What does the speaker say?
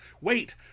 Wait